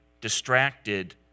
distracted